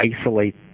isolate